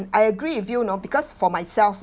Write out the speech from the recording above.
I agree with you know because for myself